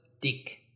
Dick